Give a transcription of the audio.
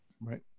right